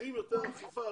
צריכה להיות יותר אכיפה.